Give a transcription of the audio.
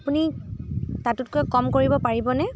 আপুনি তাতোতকৈ কম কৰিব পাৰিবনে